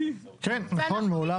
כן, נכון, מעולם לא.